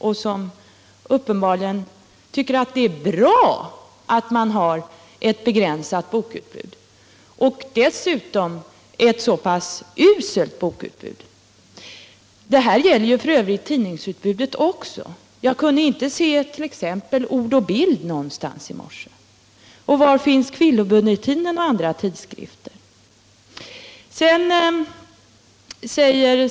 Han tycker uppenbarligen att det är bra att Pressbyrån har ett begränsat bokutbud — och dessutom ett så uselt bokutbud. Det gäller f. ö. även tidningsutbudet. Jag kunde t.ex. inte se Ord & Bild i någon av de kiosker jag besökte i morse. Och var finns t.ex. kvinnobulletinen?